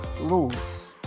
rules